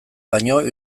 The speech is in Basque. baino